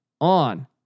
on